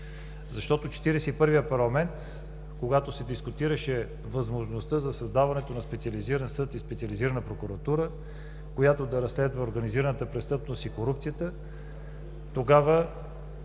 и първия парламент, когато се дискутираше възможността за създаването на Специализиран съд и Специализирана прокуратура, които да разследват организираната престъпност и корупцията, тогава